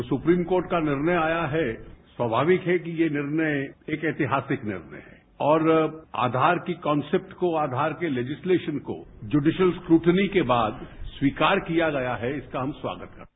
जो supreme court का निर्णय आया है स्वाभाविक है कि यह निर्णय एक ऐतिहासिक निर्णय है और आघार के कॉन्सेप्ट को आधार के लेजिस्लैशन को जूडिशल स्कूटनी के बाद स्वीकार किया गया है इसका हम स्वागत करते हैं